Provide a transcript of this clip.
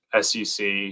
SEC